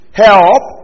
help